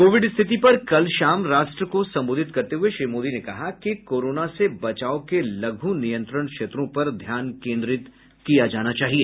Covid स्थिति पर कल शाम राष्ट्र को संबोधित करते हुए श्री मोदी ने कहा कि कोरोना से बचाव के लघु नियंत्रण क्षेत्रों पर ध्यान केन्द्रित किया जाना चाहिए